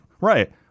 Right